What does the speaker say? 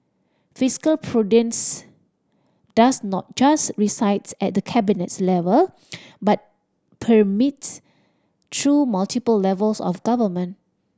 fiscal prudence does not just resides at the Cabinet level but permeates through multiple levels of government